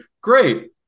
Great